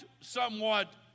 somewhat